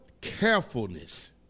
carefulness